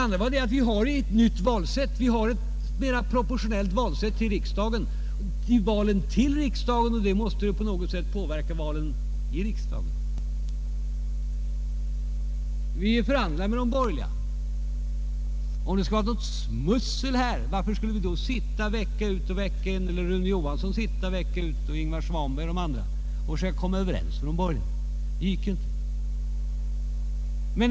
Vidare har vi ju ett nytt, mera proportionellt valsätt vid valen till riksdagen, och det måste väl också påverka valen i riksdagen. Och det har förts förhandlingar med de borgerliga. Om det skulle ha förelegat något smussel i detta fall, varför skulle då Rune Johansson, Ingvar Svanberg och alla de andra ha suttit här vecka ut och vecka in och försökt komma överens med de borgerliga? En annan sak är att det inte gick att komma överens.